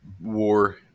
War